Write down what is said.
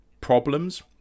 problems